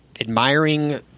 admiring